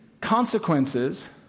consequences